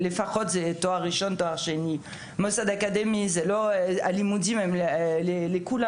במוסד האקדמי הלימודים זהים לכולם.